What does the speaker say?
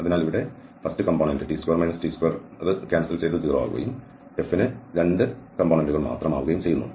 അതിനാൽ ഇവിടെ ഒന്നാമത്തെ കോംപോണേന്റ് t2 t2 റദ്ദാക്കുകയും F ന് 2 ഘടകങ്ങൾ മാത്രം ആവുകയും ചെയ്യുന്നു